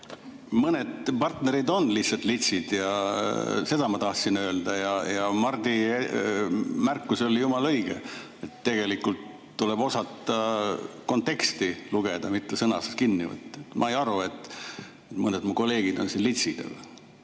Mõned partnerid on lihtsalt litsid, seda ma tahtsin öelda. Mardi märkus oli jumala õige. Tegelikult tuleb osata konteksti lugeda, mitte sõnast kinni võtta. Ma ei arva, et mõned mu kolleegid on siin litsid.